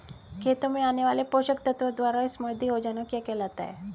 खेतों में आने वाले पोषक तत्वों द्वारा समृद्धि हो जाना क्या कहलाता है?